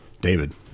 David